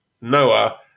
Noah